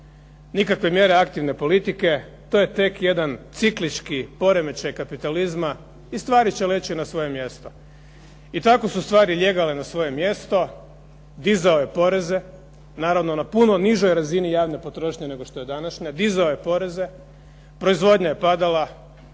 Nikakve mjere aktivne politike, to je tek jedan ciklički poremećaj kapitalizma, i stvari će leći na svoje mjesto. I tako su stvari lijegale na svoje mjesto, dizao je poreze, naravno na puno nižoj razini javne potrošnje nego što je današnja, dizao je poreze, proizvodnja je padala,